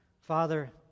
Father